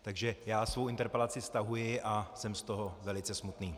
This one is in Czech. Takže svou interpelaci stahuji a jsem z toho velice smutný.